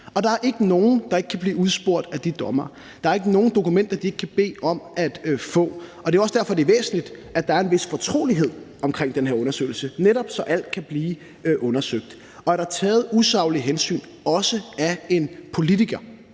Og der er ikke nogen, der ikke kan blive udspurgt af de dommere; der er ikke nogen dokumenter, de ikke kan bede om at få. Det er jo også derfor, det er væsentligt, at der er en vis fortrolighed omkring den her undersøgelse, netop så alt kan blive undersøgt. Og er der taget usaglige hensyn, også af en politiker,